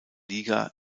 liga